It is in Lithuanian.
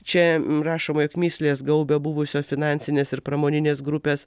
čia rašoma jog mįslės gaubia buvusio finansinės ir pramoninės grupės